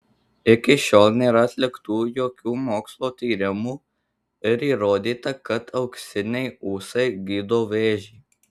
iki šiol nėra atliktų jokių mokslo tyrimų ir įrodyta kad auksiniai ūsai gydo vėžį